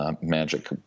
Magic